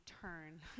turn